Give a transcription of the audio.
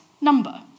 number